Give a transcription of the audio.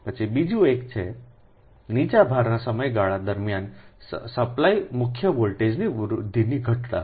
પછી બીજું એક છે નીચા ભારના સમયગાળા દરમિયાન સપ્લાય મુખ્ય વોલ્ટેજની વૃદ્ધિની ઘટના